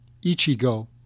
Ichigo